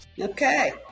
Okay